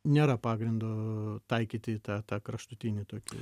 nėra pagrindo taikyti tą tą kraštutinį tokį